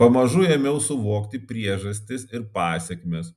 pamažu ėmiau suvokti priežastis ir pasekmes